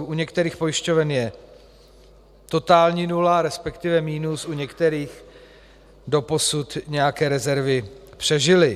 U některých pojišťoven je totální nula, respektive minus, u některých doposud nějaké rezervy přežily.